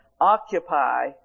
occupy